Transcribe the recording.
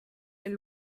est